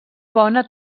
bona